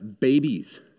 babies